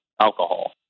alcohol